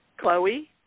Chloe